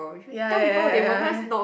ya ya ya ya ya